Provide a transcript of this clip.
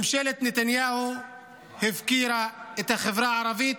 ממשלת נתניהו הפקירה את החברה הערבית